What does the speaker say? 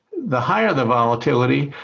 the higher the volatility,